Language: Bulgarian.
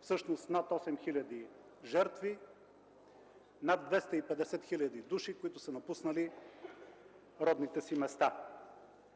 всъщност над 8000 жертви, над 250 000 души, които са напуснали родните си места.